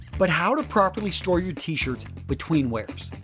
but how to properly store your t-shirts between wears?